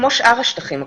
כמו שאר השטחים הכבושים,